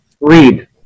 read